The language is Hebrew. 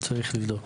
אני צריך לבדוק.